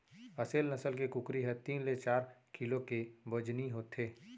असेल नसल के कुकरी ह तीन ले चार किलो के बजनी होथे